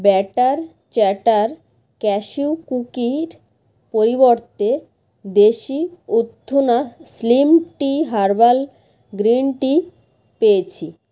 batter চ্যাটার cashew কুকির পরিবর্তে দেশি উত্থনা slim tea herbal green tea পেয়েছি